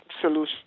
solution